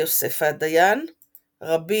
יוסף הדיין ר'